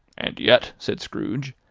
and yet, said scrooge,